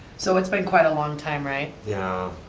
so it's been quite a long time, right? yeah!